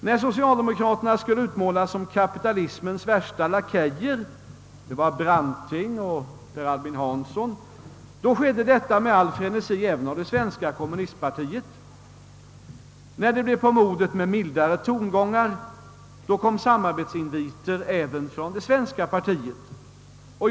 När socialdemokraterna skulle utmålas som kapitalismens värsta lakejer — det var Branting och Per Albin Hansson — skedde det med all frenesi av det svenska kommunistiska partiet. När det blev på modet med mildare tongångar kom samarbetsinviter även från det svenska kommunistpartiet.